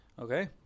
Okay